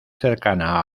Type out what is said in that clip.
cercana